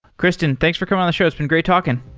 kristen, thanks for coming on the show. it's been great talking.